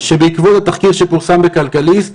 שבעקבות התחקיר שפורסם בכלכליסט